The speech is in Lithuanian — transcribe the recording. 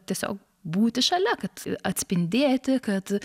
tiesiog būti šalia kad atspindėti kad